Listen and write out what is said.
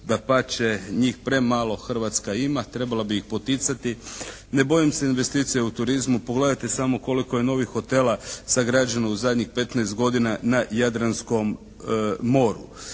dapače njih premalo Hrvatska ima. Trebala bi ih poticati. Ne bojim se investicija u turizmu. Pogledajte samo koliko je novih hotela sagrađeno u zadnjih 15 godina na Jadranskom moru.